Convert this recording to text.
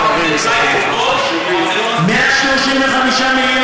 אמרתי שזה טוב, אבל זה לא מספיק, 135 מיליון.